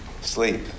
sleep